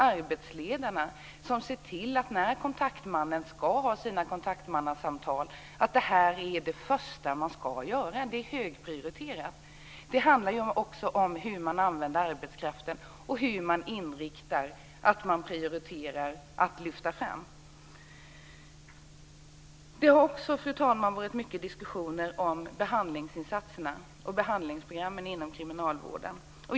Arbetsledarna ska se till att det är det första man ska göra när kontaktmannen ska ha sina kontaktmannasamtal. Det är högprioriterat. Det handlar också om hur man använder arbetskraften och inriktar verksamheten och vad man prioriterar att lyfta fram. Fru talman! Det har också varit mycket diskussioner om behandlingsinsatserna och behandlingsprogrammen inom kriminalvården.